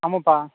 ஆமாப்பா